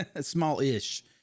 Small-ish